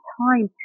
time